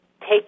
take